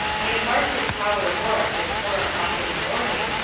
i embarked at tower-wharf at four o'clock in the morning,